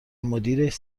مدیرش